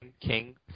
king